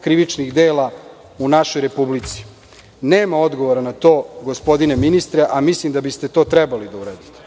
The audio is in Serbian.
krivičnih dela u našoj republici? Nema odgovora na to, gospodine ministre, a mislim da biste to trebali da uradite.